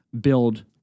build